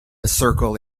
circle